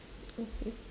okay